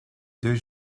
deux